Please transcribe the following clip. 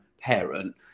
parent